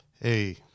hey